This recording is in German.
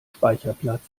speicherplatz